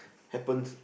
happens